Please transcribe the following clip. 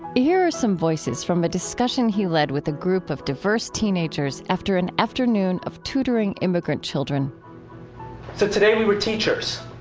here are some voices from a discussion he led with a group of diverse teenagers after an afternoon of tutoring immigrant children so today, we were teachers.